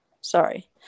Sorry